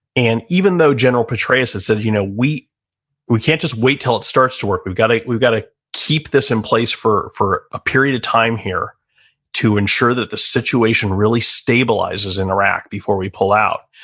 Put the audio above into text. and even though general petraeus had said, you know we we can't just wait until it starts to work. we've got a, we've got to keep this in place for, for a period of time here to ensure that the situation really stabilizes in iraq before we pull out.